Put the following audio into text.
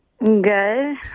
Good